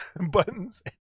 buttons